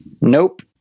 Nope